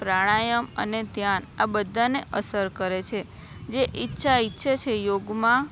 પ્રાણાયામ અને ધ્યાન આ બધાંને અસર કરે છે જે ઈચ્છા ઈચ્છે છે યોગમાં